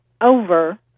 over